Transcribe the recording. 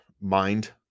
mind